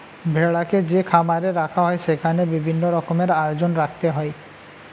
ভেড়াকে যে খামারে রাখা হয় সেখানে বিভিন্ন রকমের আয়োজন রাখতে হয়